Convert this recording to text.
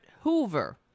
Hoover